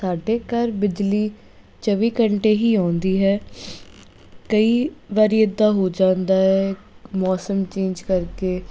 ਸਾਡੇ ਘਰ ਬਿਜਲੀ ਚੌਵੀ ਘੰਟੇ ਹੀ ਆਉਂਦੀ ਹੈ ਕਈ ਵਾਰੀ ਇੱਦਾਂ ਹੋ ਜਾਂਦਾ ਹੈ ਮੌਸਮ ਚੇਂਜ ਕਰਕੇ